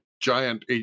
giant